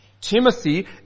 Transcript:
Timothy